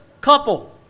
couple